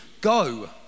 go